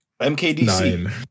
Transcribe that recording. MKDC